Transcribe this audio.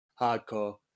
hardcore